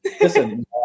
Listen